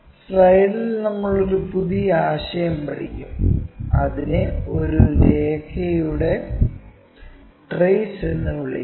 സ്ലൈഡിൽ നമ്മൾ ഒരു പുതിയ ആശയം പഠിക്കും അതിനെ ഒരു രേഖയുടെ ട്രെയ്സ് എന്ന് വിളിക്കുന്നു